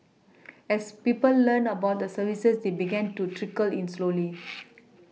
as people learnt about the services they began to trickle in slowly